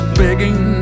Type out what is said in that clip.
begging